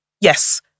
Yes